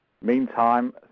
Meantime